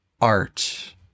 art